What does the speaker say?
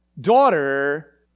daughter